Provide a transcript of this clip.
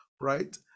right